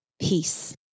peace